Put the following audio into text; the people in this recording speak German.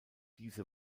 diese